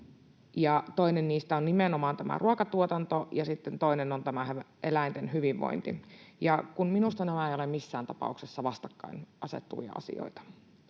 toinen niistä on nimenomaan ruokatuotanto, ja sitten toinen on eläinten hyvinvointi. Minusta nämä eivät ole missään tapauksessa vastakkain asettuvia asioita.